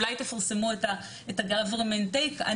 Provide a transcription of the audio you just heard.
אולי תפרסמו את ה-government take.